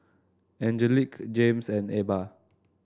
Angelique Jaymes and Ebba